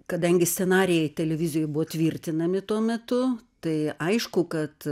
kadangi scenarijai televizijoj buvo tvirtinami tuo metu tai aišku kad